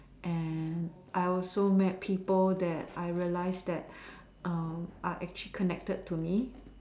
and I also met people that I realise that um are actually connected to me